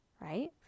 right